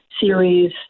series